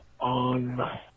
on